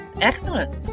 Excellent